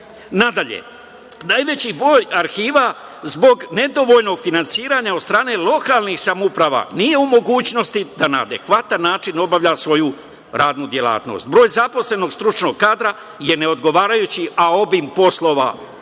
arhivama. Nadalje, najveći broj arhiva zbog nedovoljnog finansiranja od strane lokalnih samouprava nije u mogućnosti da na adekvatan način obavlja svoju radnu delatnost. Broj zaposlenog stručnog kadra je neodgovarajući, a obim poslova sve